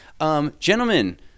Gentlemen